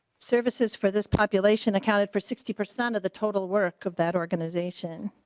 services for this population accounted for sixty percent of the total work of that organization.